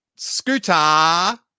scooter